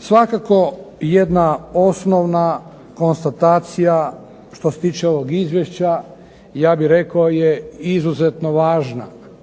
Svakako jedna osnovna konstatacija što se tiče ovog izvješća, ja bih rekao je izuzetno važna.